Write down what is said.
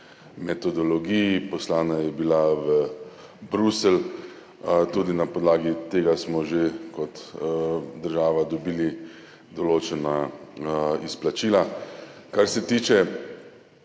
metodologiji, poslana je bila v Bruselj. Tudi na podlagi tega smo že kot država dobili določena izplačila. Kar se tiče